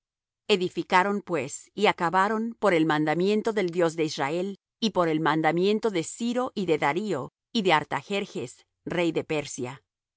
edificaron pues y acabaron por el mandamiento del dios de israel y por el mandamiento de ciro y de darío y de artajerjes rey de persia